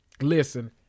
listen